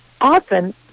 often